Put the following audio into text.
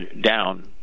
down